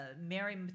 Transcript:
Mary